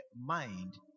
mind